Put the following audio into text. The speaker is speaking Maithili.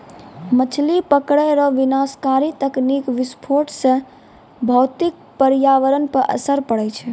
मछली पकड़ै रो विनाशकारी तकनीकी विस्फोट से भौतिक परयावरण पर असर पड़ै छै